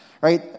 right